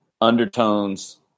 undertones –